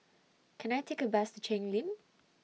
Can I Take A Bus to Cheng Lim